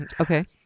Okay